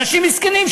אנשים מסכנים,